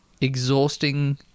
exhausting